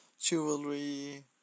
jewelry